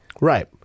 Right